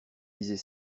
lisez